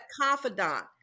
confidant